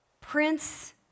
Prince